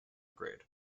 grade